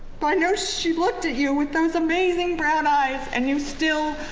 but i know she looked at you with those amazing brown eyes, and you still